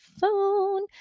phone